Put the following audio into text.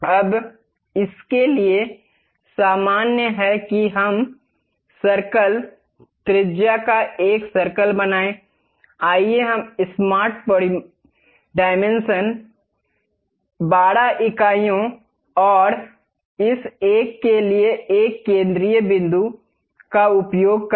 अब इसके लिए सामान्य है कि हम सर्कल त्रिज्या का एक सर्कल बनाएं आइए हम स्मार्ट परिमाप 12 इकाइयों और इस एक के लिए एक केंद्रीय बिंदु का उपयोग करें